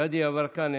גדי יברקן,